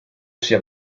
sia